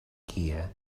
gear